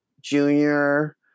junior